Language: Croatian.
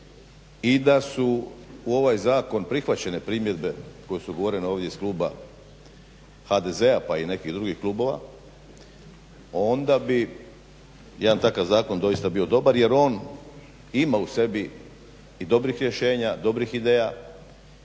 i da su u ovaj zakon prihvaćene primjedbe koje su govorene ovdje iz kluba HDZ-a, pa i nekih drugih klubova, onda bi jedan takav zakon doista bio dobar jer on ima u sebi i dobrih rješenja, dobrih ideja,